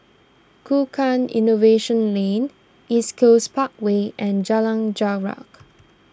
Tukang Innovation Lane East Coast Parkway and Jalan Jarak